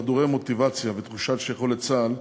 חדורי מוטיבציה ותחושת שליחות לצה"ל,